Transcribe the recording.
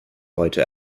heute